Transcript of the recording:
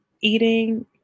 eating